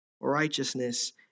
righteousness